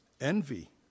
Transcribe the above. envy